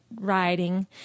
riding